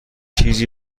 چیزی